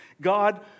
God